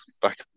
back